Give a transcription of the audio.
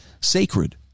sacred